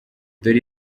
dore